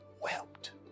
wept